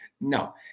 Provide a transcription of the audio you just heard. No